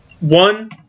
One